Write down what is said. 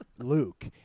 Luke